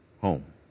home